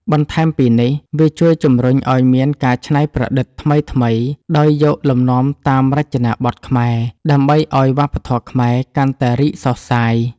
បន្ថែមពីនេះ វាជួយជំរុញឱ្យមានការច្នៃប្រឌិតថ្មីៗដោយយកលំនាំតាមរចនាបថខ្មែរ ដើម្បីឱ្យវប្បធម៌ខ្មែរកាន់តែរីកសុះសាយ។